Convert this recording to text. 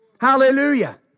Hallelujah